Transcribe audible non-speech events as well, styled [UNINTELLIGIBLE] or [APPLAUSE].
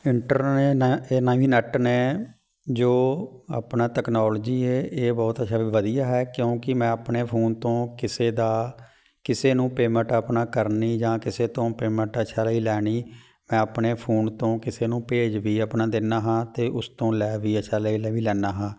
ਇੰਟਰਨੈ ਨੇ ਐਨਾ ਵੀ ਨੈੱਟ ਨੇ ਜੋ ਆਪਣਾ ਤੈਕਨੋਲਜੀ ਹੈ ਇਹ ਬਹੁਤ [UNINTELLIGIBLE] ਵਧੀਆ ਹੈ ਕਿਉਂਕਿ ਮੈਂ ਆਪਣੇ ਫੋਨ ਤੋਂ ਕਿਸੇ ਦਾ ਕਿਸੇ ਨੂੰ ਪੇਮੈਂਟ ਆਪਣਾ ਕਰਨੀ ਜਾਂ ਕਿਸੇ ਤੋਂ ਪੇਮੈਂਟ [UNINTELLIGIBLE] ਲੈਣੀ ਮੈਂ ਆਪਣੇ ਫੋਨ ਤੋਂ ਕਿਸੇ ਨੂੰ ਭੇਜ ਵੀ ਆਪਣਾ ਦਿੰਦਾ ਹਾਂ ਅਤੇ ਉਸ ਤੋਂ ਲੈ ਵੀ [UNINTELLIGIBLE] ਲੈ ਲੈ ਵੀ ਲੈਂਦਾ ਹਾਂ